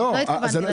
לא התכוונתי להשוות.